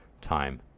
time